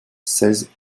seize